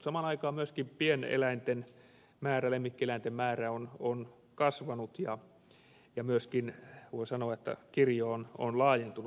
samaan aikaan myöskin pieneläinten määrä lemmikkieläinten määrä on kasvanut ja myöskin voi sanoa että kirjo on laajentunut